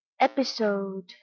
Episode